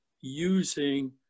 using